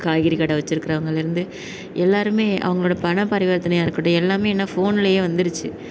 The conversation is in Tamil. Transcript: காய்கறி கடை வச்சுருக்குறவங்கள்லருந்து எல்லோருமே அவங்களோடய பண பரிவர்தனையாக இருக்கட்டும் எல்லாமே என்ன ஃபோன்லையே வந்துருச்சு